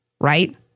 right